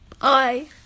Bye